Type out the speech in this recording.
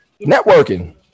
Networking